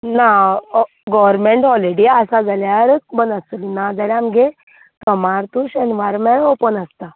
ना government holiday आसा जाल्यार बंद आसतली नाजाल्यार आमगे सोमार टू शेनवार म्हणळ्यार ओपन आसता